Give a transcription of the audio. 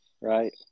right